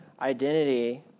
identity